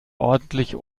ordentliche